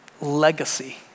legacy